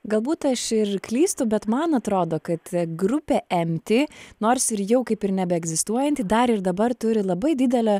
galbūt aš ir klystu bet man atrodo kad grupė empti nors ir jau kaip ir nebeegzistuojanti dar ir dabar turi labai didelę